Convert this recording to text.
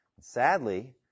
Sadly